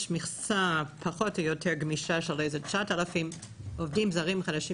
יש מכסה פחות או יותר גמישה של 9,000 עובדים זרים חדשים